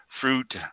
fruit